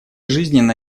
жизненно